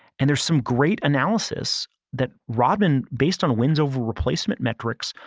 and there's some great analysis that rodman, based on wins over replacement metrics,